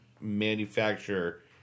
manufacture